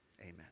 Amen